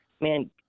Man